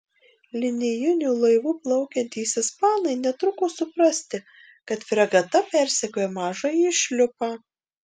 linijiniu laivu plaukiantys ispanai netruko suprasti kad fregata persekioja mažąjį šliupą